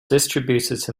distributed